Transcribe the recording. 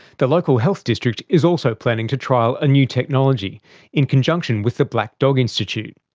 the local health district is also planning to trial a new technology in conjunction with the black dog institute.